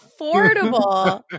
affordable